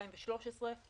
2 ו-13.